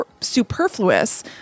superfluous